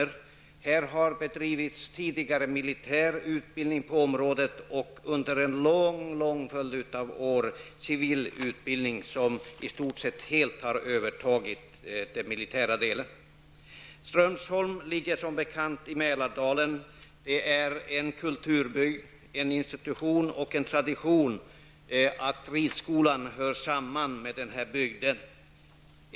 På området har tidigare bedrivits militär utbildning, och under en lång följd av år har civil utbildning bedrivits, som i stort sett helt har övertagit den militära delen. Strömsholm ligger som bekant i Mälardalen. Det är en kulturbygd. Ridskolan är en institution, och det är en tradition att den hör samman med den här bygden.